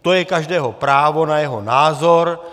To je každého právo na jeho názor.